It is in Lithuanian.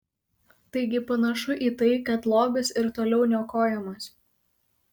taigi panašu į tai kad lobis ir toliau niokojamas